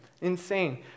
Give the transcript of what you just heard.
Insane